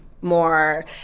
more